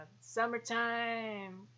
Summertime